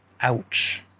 Ouch